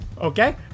Okay